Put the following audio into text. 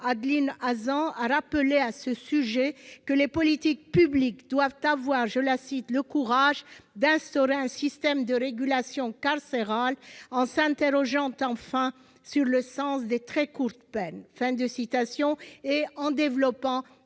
Adeline Hazan a rappelé à ce sujet que les politiques publiques doivent « avoir le courage d'instaurer un système de régulation carcérale, en s'interrogeant enfin sur le sens des très courtes peines » et en développant